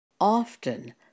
Often